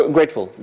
Grateful